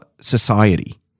society